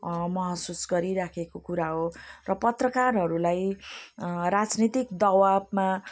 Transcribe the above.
महसुस गरिराखेको कुरा हो र पत्रकारहरूलाई राजनीतिक दवाबमा